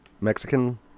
mexican